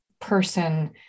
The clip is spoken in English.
person